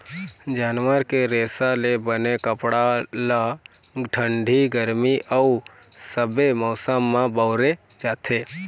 जानवर के रेसा ले बने कपड़ा ल ठंडी, गरमी अउ सबे मउसम म बउरे जाथे